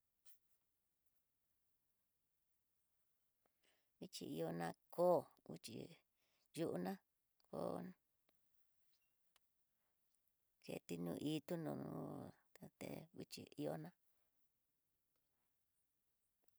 Ichi ihó na kó chí yiuná kó keti no itú nó tate nguixhi no ihó ná.